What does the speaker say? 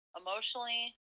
emotionally